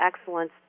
excellence